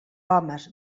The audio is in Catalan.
homes